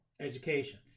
education